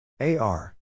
A-R